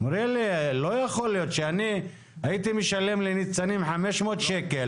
אמרו לי 'לא יכול להיות שאני הייתי משלם לניצנים 500 שקל,